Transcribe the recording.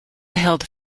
held